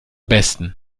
besten